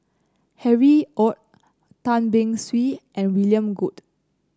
Harry Ord Tan Beng Swee and William Goode